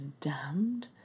damned